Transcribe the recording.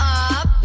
up